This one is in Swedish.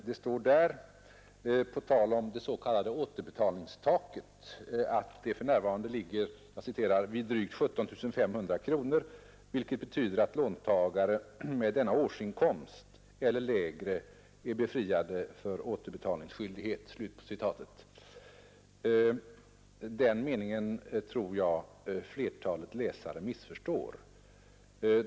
Det står där på tal om det s.k. återbetalningstaket att det ”för närvarande ligger vid drygt 17 500 kronor, vilket betyder att låntagare med denna årsinkomst eller lägre är befriade från återbetalningsskyldighet”. Den meningen tror jag flertalet läsare missförstår.